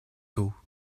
tôt